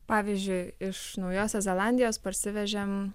pavyzdžiui iš naujosios zelandijos parsivežėm